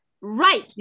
Right